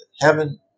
Heaven